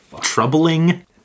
troubling